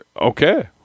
Okay